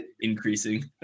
increasing